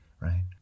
right